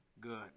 good